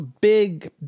big